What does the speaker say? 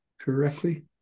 correctly